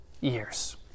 years